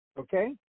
okay